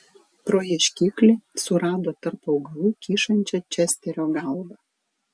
pro ieškiklį surado tarp augalų kyšančią česterio galvą